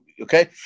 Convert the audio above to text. Okay